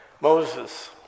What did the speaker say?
Moses